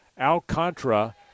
Alcantara